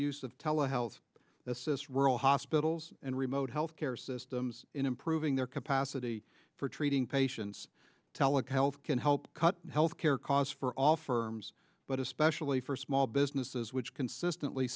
use of tele health assist rural hospitals and remote health care systems in improving their capacity for treating patients telic health can help cut health care costs for all firms but especially for small businesses which consistently